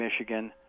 Michigan